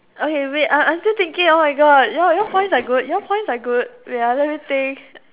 okay wait I'm I'm still thinking oh my god your your points are good your points are good wait ah let me think